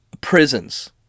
prisons